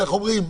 יידוע, כן.